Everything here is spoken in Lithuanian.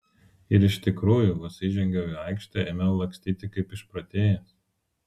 ir iš tikrųjų vos įžengiau į aikštę ėmiau lakstyti kaip išprotėjęs